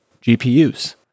GPUs